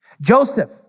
Joseph